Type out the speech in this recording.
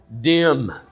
dim